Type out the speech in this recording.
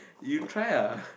you try ah